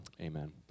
amen